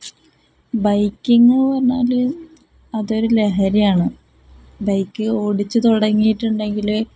biking എന്ന് പറഞ്ഞാൽ അതൊരു ലഹരിയാണ് ബൈക്ക് ഓടിച്ച് തുടങ്ങിയിട്ടുണ്ടെങ്കിൽ